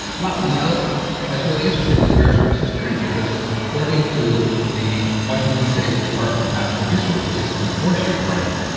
well you know that's really interesting. this bear scratched this tree because according to the washington state department of natural resources and the forestry department,